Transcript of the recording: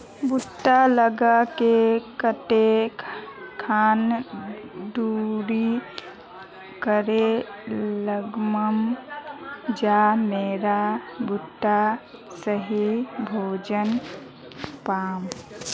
भुट्टा लगा ले कते खान दूरी करे लगाम ज मोर भुट्टा सही भोजन पाम?